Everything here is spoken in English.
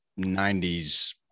90s